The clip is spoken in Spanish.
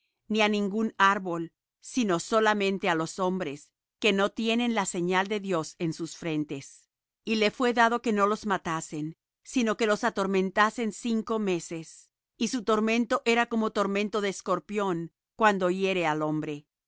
ni á ningún árbol sino solamente á los hombres que no tienen la señal de dios en sus frentes y le fué dado que no los matasen sino que los atormentasen cinco meses y su tormento era como tormento de escorpión cuando hiere al hombre